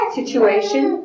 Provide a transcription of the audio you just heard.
situation